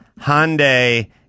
Hyundai